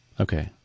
Okay